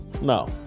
No